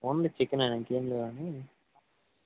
only చికనే ఇంకేం లేవా అండి